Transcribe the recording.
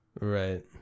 right